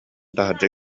таһырдьа